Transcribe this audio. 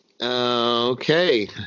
Okay